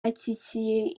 akikiye